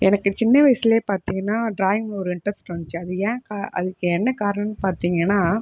எனக்கு சின்ன வயசிலே பார்த்திங்கன்னா ட்ராயிங்கில் ஒரு இன்ட்ரஸ்ட் வந்துச்சு அது ஏன் க அதுக்கு என்ன காரணம் பார்த்திங்கன்னா